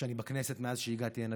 שאני בכנסת מאז שהגעתי הנה,